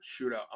shootout